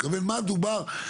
מה דובר?